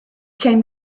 came